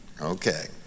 Okay